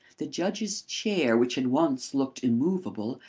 the judge's chair, which had once looked immovable,